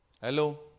Hello